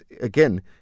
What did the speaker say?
again